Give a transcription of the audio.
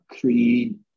creed